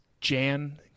Jan